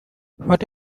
what